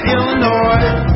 Illinois